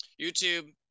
YouTube